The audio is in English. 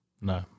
No